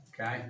okay